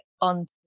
on